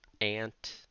Ant